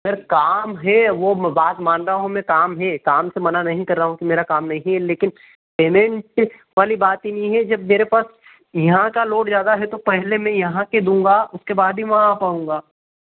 sir काम है वो बात मानता हूँ मैं काम है कम से मना नहीं कर रहा हूँ कि मेरा काम नहीं हैं लेकिन पेमेंट वाली बात ही नहीं है जब मेरे पास यहाँ का लोड ज़्यादा है तो पहले में यहाँ के दूँगा फिर बाद ही वहाँ आ पाऊँगा